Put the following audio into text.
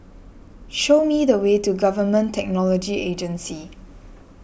show me the way to Government Technology Agency